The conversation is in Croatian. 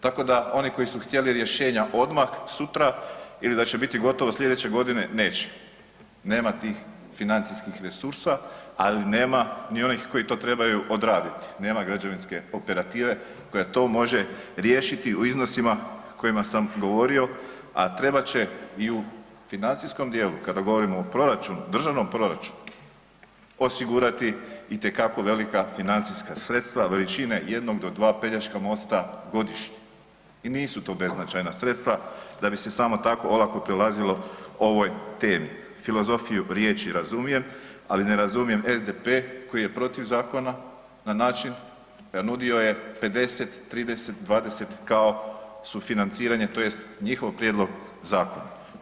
Tako da oni koji su htjeli rješenja odmah sutra ili da će biti gotovo slijedeće godine, neće, nema tih financijskih resursa, ali nema ni onih koji to trebaju odraditi, nema građevinske operative koja to može riješiti u iznosima o kojima sam govorio, a trebat će i u financijskom dijelu kada govorimo o proračunu, državnom proračunu, osigurati itekako velika financijska sredstva veličine jednog do dva Pelješka mosta godišnje i nisu to beznačajna sredstva da bi se samo tako olako prelazilo ovoj temi, filozofiju riječi razumijem, ali ne razumijem SDP koji je protiv zakona na način da nudio je 50:30:20 kao sufinanciranje tj. njihov prijedlog zakona.